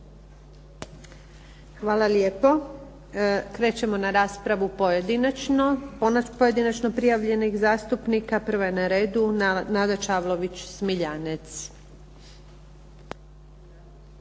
Hvala lijepo. Krećemo na raspravu pojedinačno. Pojedinačno prijavljenih zastupnika prva je na redu Nada Čavlović Smiljanec.